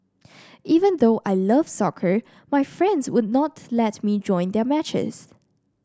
even though I love soccer my friends would not let me join their matches